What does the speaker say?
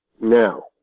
Now